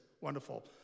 Wonderful